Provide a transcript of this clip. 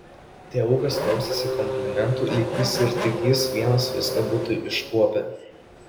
tėvukas klausėsi komplimentų lyg jis ir tik jis vienas viską būtų iškuopę